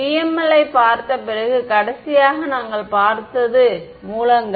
PML ஐப் பார்த்த பிறகு கடைசியாக நாங்கள் பார்த்தது மூலங்கள்